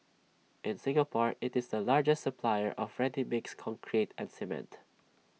in Singapore it's the largest supplier of ready mixed concrete and cement